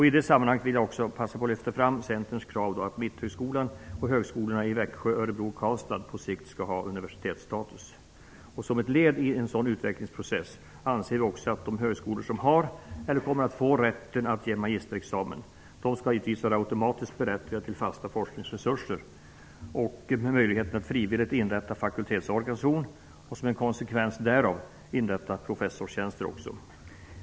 I det sammanhanget vill jag passa på att lyfta fram Växsjö, Örebro och Karlstad på sikt skall ha universitetsstatus. Som ett led i en sådan utvecklingsprocess anser vi att de högskolor som har, eller kommer att få, rätt att ge magisterexamen givetvis automatiskt skall vara berättigade till fasta forskningsresurser, till möjligheten att frivilligt inrätta en fakultetsorganisation samt, som en konsekvens därav, till att inrätta professorstjänster.